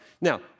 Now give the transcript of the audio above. Now